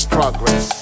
progress